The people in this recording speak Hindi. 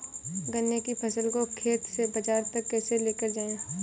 गन्ने की फसल को खेत से बाजार तक कैसे लेकर जाएँ?